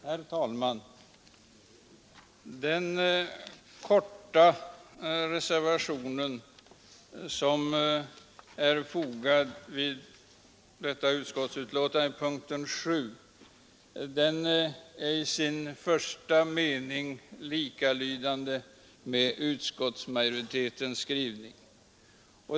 Herr talman! Den korta reservationen 3 a vid punkten 7 är i sin första mening likalydande med motsvarande avsnitt i utskottsmajoritetens skrivning.